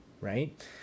right